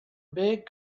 big